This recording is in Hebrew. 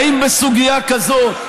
האם בסוגיה כזאת,